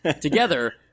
together